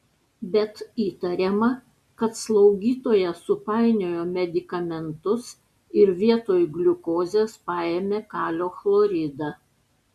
bet įtariama kad slaugytoja supainiojo medikamentus ir vietoj gliukozės paėmė kalio chloridą